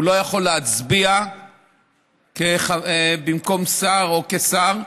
הוא לא יכול להצביע במקום שר או כשר,